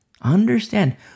Understand